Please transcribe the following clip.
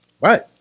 Right